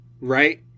right